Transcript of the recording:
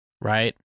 Right